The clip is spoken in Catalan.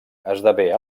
esdevé